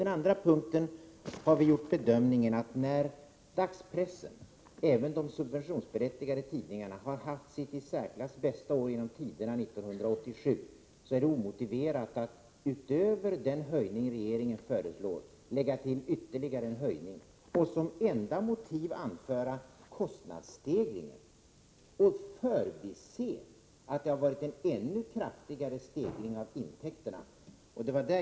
Vi har i folkpartiet gjort den bedömningen att det, när dagspressen — även de subventionsberättigade tidningarna — har haft sitt i särklass bästa år genom 19 tiderna, 1987, är omotiverat att utöver den höjning som regeringen föreslår lägga till ytterligare en höjning och som enda motiv anföra kostnadsstegringen men förbise att intäkterna har stigit ännu kraftigare.